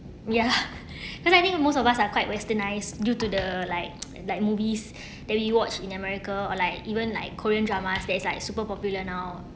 ya cause I think most of us are quite westernised due to the like like movies that we watched in america or like even like korean drama that is like super popular now